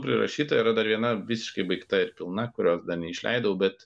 prirašyta yra dar viena visiškai baigta ir pilna kurios dar neišleidau bet